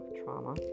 trauma